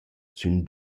sün